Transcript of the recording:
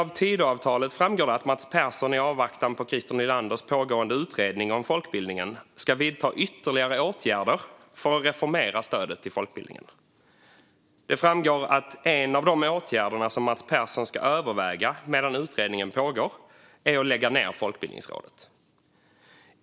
Av Tidöavtalet framgår det att Mats Persson, i avvaktan på Christer Nylanders pågående utredning om folkbildningen, ska vidta ytterligare åtgärder för att reformera stödet till folkbildningen. Det framgår också att en av de åtgärder som Mats Persson ska överväga medan utredningen pågår är att lägga ned Folkbildningsrådet.